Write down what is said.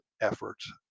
efforts